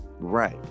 Right